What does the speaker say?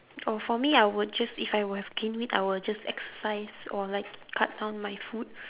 oh for me I would choose if I would have gained weight I will just exercise or like cut down my food